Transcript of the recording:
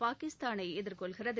பாகிஸ்தானை எதிர்கொள்கிறது